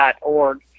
org